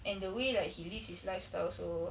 and the way like he lives his lifestyle also